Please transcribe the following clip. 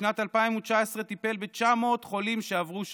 בשנת 2019 הוא טיפל ב-900 חולים שעברו שבץ.